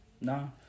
No